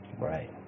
Right